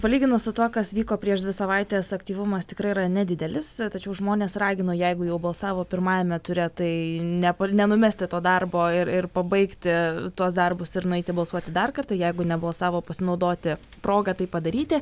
palyginus su tuo kas vyko prieš dvi savaites aktyvumas tikrai yra nedidelis tačiau žmonės ragino jeigu jau balsavo pirmajame ture tai ne nenumesti to darbo ir ir pabaigti tuos darbus ir nueiti balsuoti dar kartą jeigu nebalsavo pasinaudoti proga tai padaryti